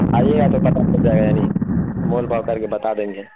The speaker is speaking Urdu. آئیے گا تو پتا چل جائے گا یعنی مول بھاؤ کر کے بتا دیں گے